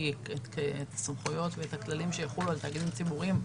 את הסמכויות ואת הכללים שיחולו על תאגידים ציבוריים.